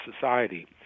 society